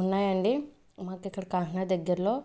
ఉన్నాయండి మాకిక్కడ కాకినాడ దగ్గర్లో